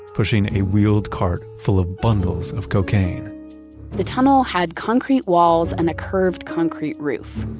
pushing a wheeled cart full of bundles of cocaine the tunnel had concrete walls and a curved concrete roof.